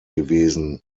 gewesen